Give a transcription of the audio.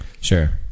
sure